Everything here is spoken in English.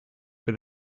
were